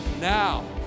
Now